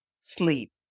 sleep